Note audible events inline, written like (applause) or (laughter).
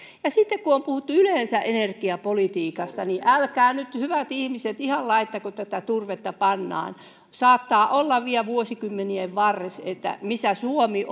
ja sitten kun on puhuttu yleensä energiapolitiikasta niin älkää nyt hyvät ihmiset ihan laittako tätä turvetta pannaan saattaa olla vielä vuosikymmenien varrella että suomi (unintelligible)